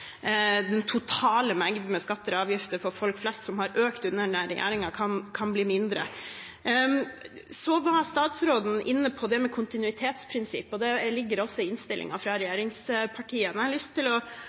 den totale mengden med skatter og avgifter for folk flest, som har økt under denne regjeringen, kan bli mindre. Statsråden var inne på det med kontinuitetsprinsippet. Det ligger også i innstillingen fra regjeringspartiene. Jeg har lyst til å